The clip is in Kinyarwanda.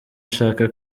ushaka